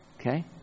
okay